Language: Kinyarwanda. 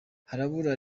harabura